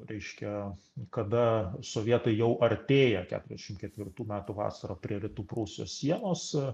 reiškia kada sovietai jau artėja keturiasdešim ketvirtų metų vasarą prie rytų prūsijos sienos